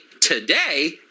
today